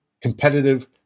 competitive